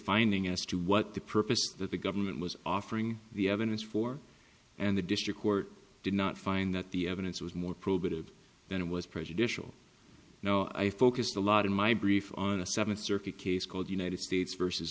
finding as to what the purpose that the government was offering the evidence for and the district court did not find that the evidence was more probative than it was prejudicial no i focused a lot in my brief on a seventh circuit case called united states versus